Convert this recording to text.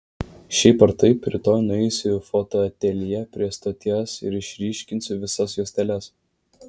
šiaip ar taip rytoj nueisiu į fotoateljė prie stoties ir išryškinsiu visas juosteles